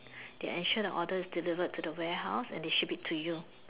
they ensure the order is delivered to the warehouse and they ship it to you